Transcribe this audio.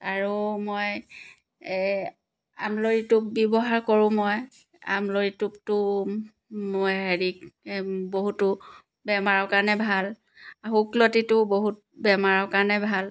আৰু মই আমলৰি টোপ ব্যৱহাৰ কৰোঁ মই আমলৰি টোপটো মই হেৰিক বহুতো বেমাৰৰ কাৰণে ভাল শুকলতিটো বহুত বেমাৰৰ কাৰণে ভাল